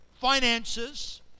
finances